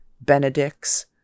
benedicts